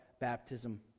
baptism